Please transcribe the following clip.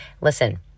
Listen